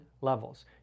levels